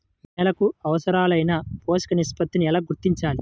నేలలకు అవసరాలైన పోషక నిష్పత్తిని ఎలా గుర్తించాలి?